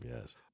Yes